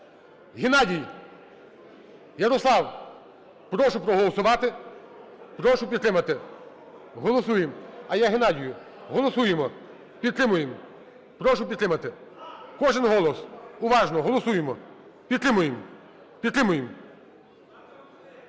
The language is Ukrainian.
Геннадій, Ярослав! Прошу проголосувати, прошу підтримати. Голосуємо. А я – Геннадію, голосуємо, підтримуємо. Прошу підтримати. Кожен голос уважно голосуємо. Підтримуємо,